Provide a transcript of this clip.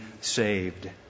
saved